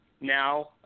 now